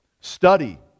Study